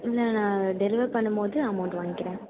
இல்லை நான் டெலிவர் பண்ணும் போது அமௌண்ட் வாங்கிக்கிறேன்